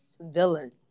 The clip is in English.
villain